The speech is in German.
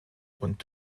und